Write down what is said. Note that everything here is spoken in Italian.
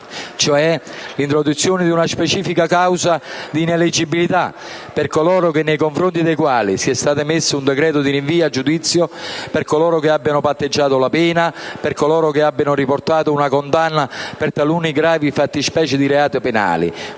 all'introduzione di una specifica causa di ineleggibilità per coloro nei confronti dei quali sia stato emesso un decreto di rinvio a giudizio o che abbiano patteggiato la pena o riportato una condanna per talune gravi fattispecie di reato, quali